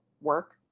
work